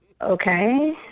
Okay